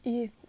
if